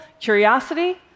curiosity